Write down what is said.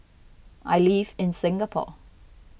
I live in Singapore